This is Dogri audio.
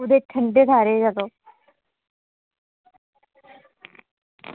कुतै ठंडे थाह्रै चलो